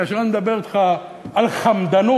כאשר אני מדבר אתך על חמדנות,